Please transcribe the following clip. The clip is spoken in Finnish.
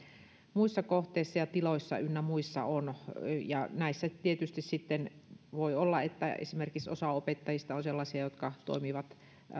muissa kohteissa ja tiloissa ynnä muissa on ja näissä tietysti voi olla että esimerkiksi osa opettajista on sellaisia jotka toimivat